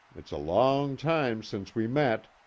it's a long time since we met.